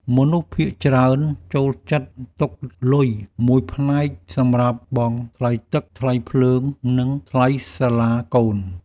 មនុស្សភាគច្រើនចូលចិត្តទុកលុយមួយផ្នែកសម្រាប់បង់ថ្លៃទឹក ថ្លៃភ្លើង និងថ្លៃសាលាកូន។